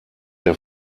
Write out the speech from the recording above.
der